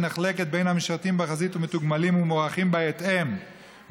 הנחלקת בין המשרתים בחזית ומתוגמלים ומוערכים בהתאם" הוא